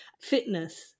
fitness